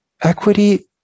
Equity